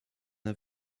der